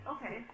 Okay